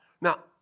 Now